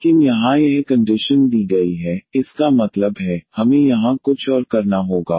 लेकिन यहां यह कन्डिशन दी गई है इसका मतलब है हमें यहां कुछ और करना होगा